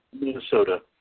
Minnesota